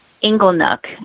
Inglenook